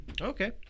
Okay